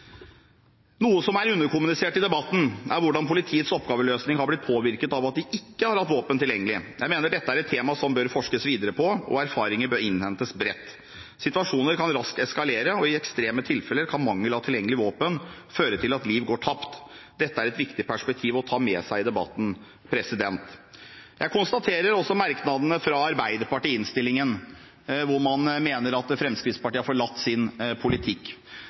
Noe som er underkommunisert i debatten, er hvordan politiets oppgaveløsning har blitt påvirket av at de ikke har hatt våpen tilgjengelig. Jeg mener at dette er et tema som det bør forskes videre på, og erfaringer bør innhentes bredt. Situasjoner kan raskt eskalere, og i ekstreme tilfeller kan mangel på tilgjengelig våpen føre til at liv går tapt. Dette er et viktig perspektiv å ha med seg i debatten. Jeg konstaterer også merknadene fra Arbeiderpartiet i innstillingen, hvor man mener at Fremskrittspartiet har forlatt sin politikk.